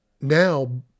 Now